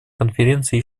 конференции